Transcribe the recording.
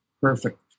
Perfect